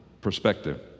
perspective